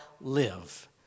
live